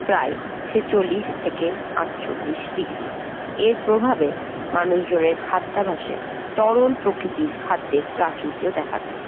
প্রায় ছেচল্লিশ থেকে আটচল্লিশ ডিগ্রি এর প্রভাবে মানুষজনের খাদ্যাভ্যাসে তরল প্রকৃতির খাদ্যের প্রাচুর্য দেখা যায়